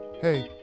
Hey